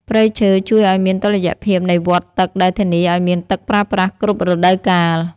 ព្រៃឈើជួយឱ្យមានតុល្យភាពនៃវដ្តទឹកដែលធានាឱ្យមានទឹកប្រើប្រាស់គ្រប់រដូវកាល។